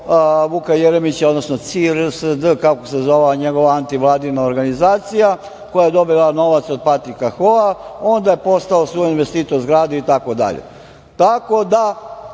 Vuka Jeremića, odnosno CIRSD-a, kako se zvala njegova antivladina organizacija, koja je dobila novac od Patrika Hoa, a onda je postao investitor zgrade itd. Pripadnici